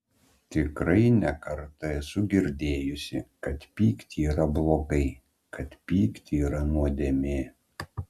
tikrai ne kartą esu girdėjusi kad pykti yra blogai kad pykti yra nuodėmė